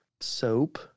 Soap